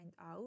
out